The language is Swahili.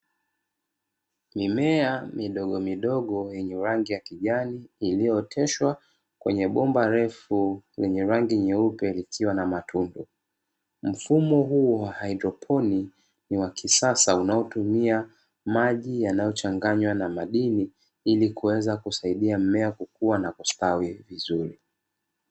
Mimea mdogomidogo yenye rangi ya kijani iliyooteshwa kwenye bomba refu lenye rangi nyeupe likiwa na matundu. Mfumo huu wa haidroponi ni wa kisasa unaotumia maji yanayochanganywa na madini ili kuweza kusaidia mmea kukua na kustawi vizuri.